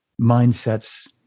mindsets